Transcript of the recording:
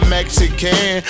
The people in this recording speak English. Mexican